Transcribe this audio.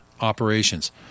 operations